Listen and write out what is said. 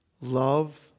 love